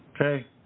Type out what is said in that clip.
okay